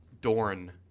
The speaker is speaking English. Dorn